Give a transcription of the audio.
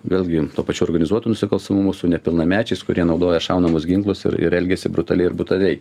vėlgi tuo pačiu organizuotu nusikalstamumu su nepilnamečiais kurie naudoja šaunamus ginklus ir ir elgiasi brutaliai ir butaliai